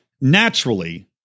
Naturally